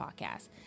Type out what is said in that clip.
podcast